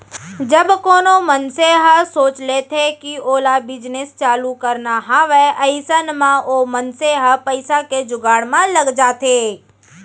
जब कोनो मनसे ह सोच लेथे कि ओला बिजनेस चालू करना हावय अइसन म ओ मनसे ह पइसा के जुगाड़ म लग जाथे